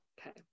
Okay